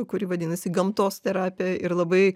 kuri vadinasi gamtos terapija ir labai